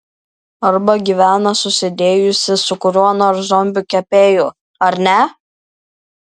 arba gyvena susidėjusi su kuriuo nors zombiu kepėju ar ne